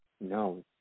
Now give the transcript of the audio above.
No